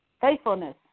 faithfulness